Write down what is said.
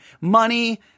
money